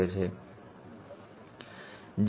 ચાલો આપણે કહીએ કે આઉટપુટ વિચલિત થઈ ગયું છે